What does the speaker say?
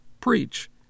Preach